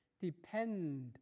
depend